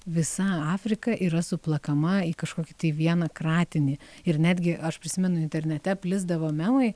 visa afrika yra suplakama į kažkokį tai vieną kratinį ir netgi aš prisimenu internete plisdavo memai